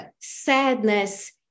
sadness